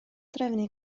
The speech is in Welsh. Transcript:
drefnu